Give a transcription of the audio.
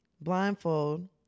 Blindfold